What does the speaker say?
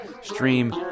stream